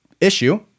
issue